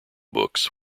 books